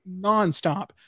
nonstop